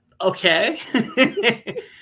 Okay